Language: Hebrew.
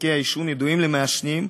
נזקי העישון ידועים למעשנים,